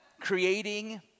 creating